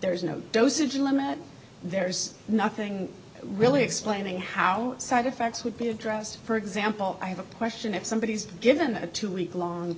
there is no dosage limit there's nothing really explaining how side effects would be addressed for example i have a question if somebody is given a two week long